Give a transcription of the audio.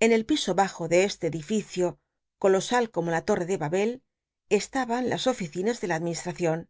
en el piso bajo de este edificio colosal como la tol'l'e de babel estaban las oficinas de la adminis tracion